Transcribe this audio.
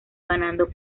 ganando